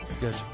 good